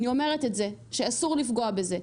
אני אומרת את זה שאסור לפגוע בזה.